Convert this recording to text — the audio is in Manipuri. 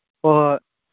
ꯍꯣꯏ ꯍꯣꯏ